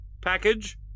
package